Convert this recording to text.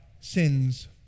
sin's